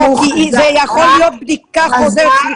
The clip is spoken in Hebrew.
לא, כי זה יכול להיות בדיקה חוזרת.